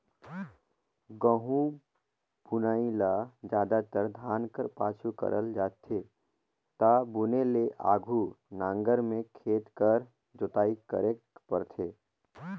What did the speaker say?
गहूँ बुनई ल जादातर धान कर पाछू करल जाथे ता बुने ले आघु नांगर में खेत कर जोताई करेक परथे